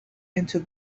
into